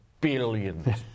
Billions